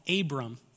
Abram